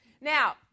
Now